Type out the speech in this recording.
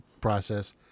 process